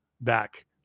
back